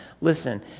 listen